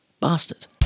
Bastard